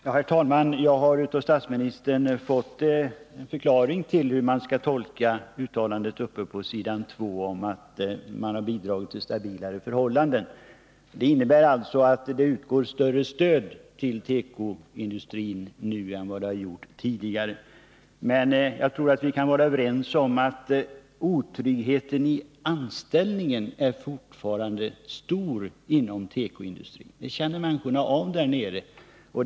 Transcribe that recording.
Herr talman! Jag har av statsministern fått en förklaring till hur man skall tolka uttalandet i interpellationssvaret om att regeringen har bidragit till stabilare förhållanden. Det innebär alltså att det utgår större stöd till tekoindustrin nu än det gjorde tidigare. Men jag tror att vi kan vara överens om att otryggheten i anställningen fortfarande är stor inom tekoindustrin. Det känner människorna där nere av.